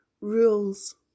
rules